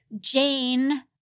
Jane